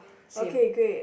okay great